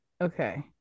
Okay